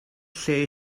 lle